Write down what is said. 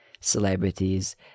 celebrities